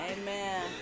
Amen